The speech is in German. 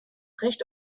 recht